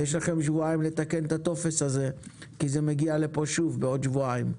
יש לכם שבועיים לתקן את הטופס הזה כי זה מגיע לפה שוב בעוד שבועיים.